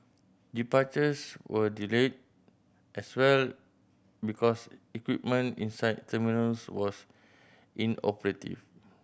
departures were delayed as well because equipment inside terminals was inoperative